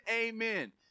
amen